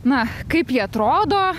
na kaip ji atrodo